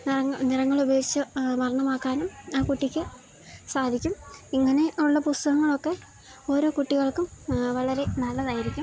നിറങ്ങളുപയോഗിച്ച് വർണ്ണമാക്കാനും ആ കുട്ടിക്ക് സാധിക്കും ഇങ്ങനെയുള്ള പുസ്തകങ്ങളൊക്കെ ഓരോ കുട്ടികൾക്കും വളരെ നല്ലതായിരിക്കും